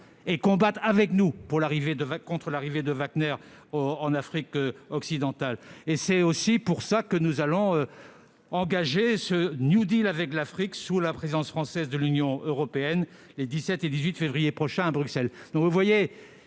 et combattent avec nous contre l'arrivée de Wagner en Afrique occidentale. C'est aussi pour cette raison que nous allons engager ce avec l'Afrique, sous la présidence française de l'Union européenne, les 17 et 18 février prochains à Bruxelles.